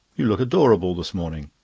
you look adorable this morning,